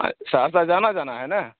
ارے سہرسہ جانا جانا ہے نا